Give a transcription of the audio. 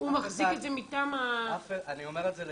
הוא מחזיק את זה מטעם --- אני אומר את זה לצערי,